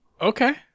Okay